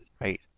Right